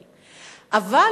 ערכית, מהמעלה